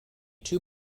two